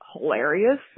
hilarious